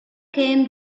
came